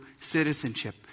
citizenship